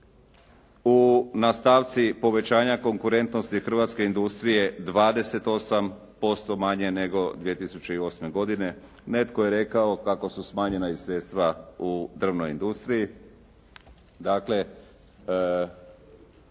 u na stavci povećanja konkurentnosti hrvatske industrije 28% manje nego 2008. godine. Netko je rekao kako su smanjena i sredstva u drvnoj industriji,